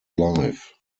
life